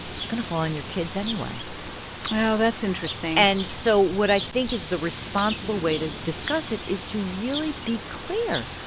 it's going to fall on your kids anyway wow, that's interesting and so what i think is the responsible way to discuss it is to really be clear.